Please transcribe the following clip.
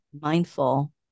mindful